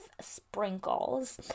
sprinkles